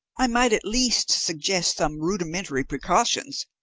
i might at least suggest some rudimentary precautions.